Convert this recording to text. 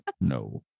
no